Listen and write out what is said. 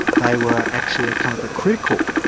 they were actually a kind of a critical,